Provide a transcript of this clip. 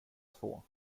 två